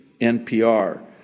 NPR